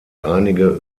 einige